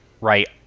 right